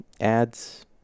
ads